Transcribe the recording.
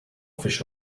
fish